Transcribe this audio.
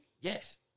Yes